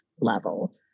level